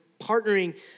partnering